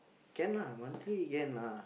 can lah monthly can lah